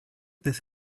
this